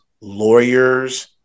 lawyers